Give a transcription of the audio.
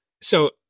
So-